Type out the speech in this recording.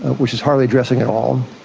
which is hardly dressing at all.